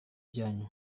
ryanyu